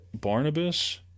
Barnabas